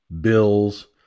bills